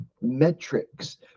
metrics